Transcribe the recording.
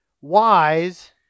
wise